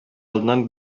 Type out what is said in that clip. алдыннан